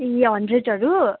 ए हन्ड्रेडहरू